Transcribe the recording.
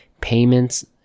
payments